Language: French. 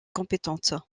compétentes